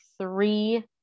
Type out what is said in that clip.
three